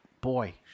boy